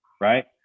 right